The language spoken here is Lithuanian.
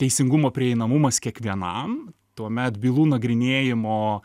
teisingumo prieinamumas kiekvienam tuomet bylų nagrinėjimo